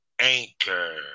Anchor